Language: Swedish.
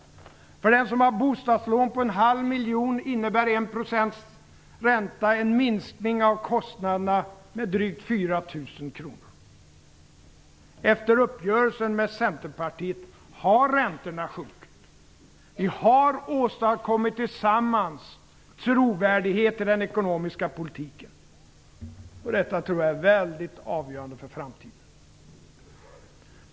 För den som har bostadslån på en halv miljon innebär 1 % lägre ränta en minskning av kostnaderna med drygt 4 000 kr. Efter uppgörelsen med Centerpartiet har räntorna sjunkit. Vi har tillsammans åstadkommit trovärdighet i den ekonomiska politiken. Detta tror jag är väldigt avgörande för framtiden.